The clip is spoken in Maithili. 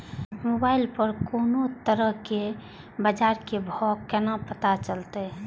मोबाइल पर कोनो तरह के बाजार के भाव केना पता चलते?